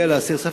כדי להסיר ספק?